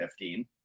2015